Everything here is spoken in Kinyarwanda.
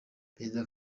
perezida